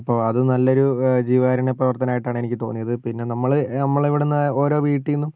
അപ്പോൾ അത് നല്ലൊരു ജീവകാരുണ്യ പ്രവർത്തനമായിട്ടാണ് എനിക്ക് തോന്നിയത് പിന്നെ നമ്മൾ നമ്മുടെ ഇവിടെന്ന് ഓരോ വീട്ടിന്നും